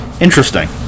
Interesting